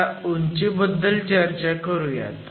आता उंचीबद्दल चर्चा करूयात